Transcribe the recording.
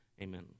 Amen